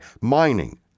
mining